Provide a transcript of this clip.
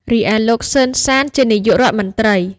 រីឯលោក សឺន សាន ជា នាយករដ្ឋមន្ត្រី ។